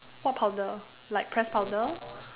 what powder like press powder